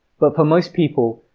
but for most people,